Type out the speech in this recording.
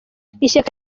ishyaka